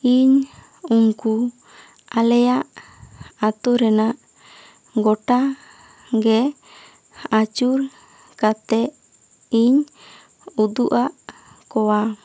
ᱤᱧ ᱩᱱᱠᱩ ᱟᱞᱮᱭᱟᱜ ᱟᱛᱳ ᱨᱮᱱᱟᱜ ᱜᱚᱴᱟ ᱜᱮ ᱟᱹᱪᱩᱨ ᱠᱟᱛᱮ ᱤᱧ ᱩᱫᱩᱜᱼᱟᱜ ᱠᱚᱣᱟ